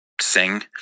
sing